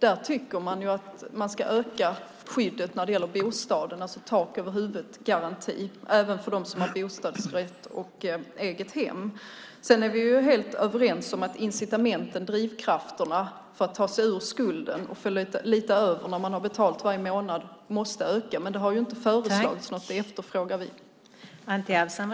Där tycker man att skyddet ska utökas när det gäller bostaden - en tak-över-huvudet-garanti - även för dem som har bostadsrätt eller egnahem. Vi är helt överens om incitamenten, drivkrafterna, för att ta sig ur skuldsituationen och få lite över varje månad efter betalning. Men det har inte lagts fram något förslag om det. Ett sådant förslag efterfrågar vi.